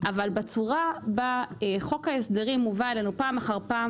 אבל חוק ההסדרים מובא אלינו פעם אחר פעם